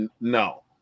no